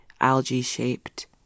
algae-shaped